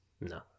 No